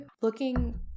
Looking